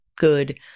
good